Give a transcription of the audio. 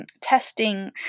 testing